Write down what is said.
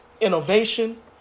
innovation